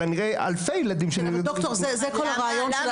אלא נראה אלפי ילדים -- אבל ד"ר זה כל הרעיון של הסעיף הזה.